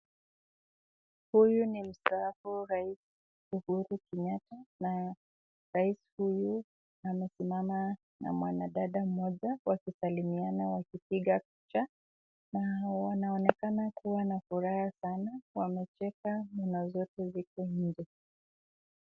Huyu ni mstaafu rais Uhuru Kenyatta na rais huyu amesimama na mwanadada mmoja wakisalimiana wakipiga picha na wanaonekana kuwa na furaha sana wamecheka meno zote ziko nje.